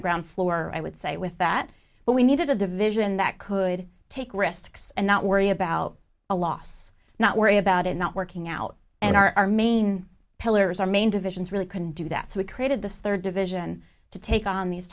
the ground floor i would say with that but we needed a division that could take risks and not worry about a loss not worry about it not working out and our main pillars our main divisions really couldn't do that so we created this third division to take on these